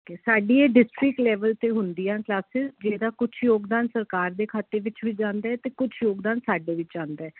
ਅਤੇ ਸਾਡੀ ਇਹ ਡਿਸਟ੍ਰਿਕਟ ਲੈਵਲ 'ਤੇ ਹੁੰਦੀਆਂ ਕਲਾਸਿਸ ਜਿਹਦਾ ਕੁਛ ਯੋਗਦਾਨ ਸਰਕਾਰ ਦੇ ਖਾਤੇ ਵਿੱਚ ਵੀ ਜਾਂਦਾ ਹੈ ਅਤੇ ਕੁਛ ਯੋਗਦਾਨ ਸਾਡੇ ਵਿੱਚ ਆਉਂਦਾ